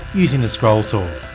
using the scroll saw.